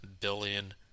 billion